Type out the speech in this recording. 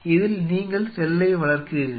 இதில் நீங்கள் செல்லை வளர்க்கிறீர்கள்